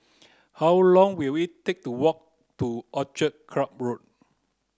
how long will it take to walk to Orchid Club Road